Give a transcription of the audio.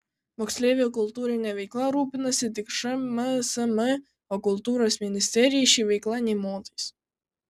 moksleivių kultūrine veikla rūpinasi tik šmsm o kultūros ministerijai ši veikla nė motais